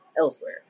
elsewhere